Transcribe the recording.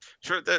Sure